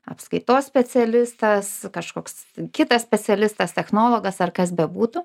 apskaitos specialistas kažkoks kitas specialistas technologas ar kas bebūtų